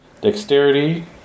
Dexterity